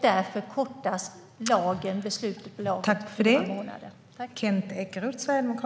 Därför kortas beslutet i lagen med några månader.